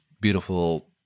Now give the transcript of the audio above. beautiful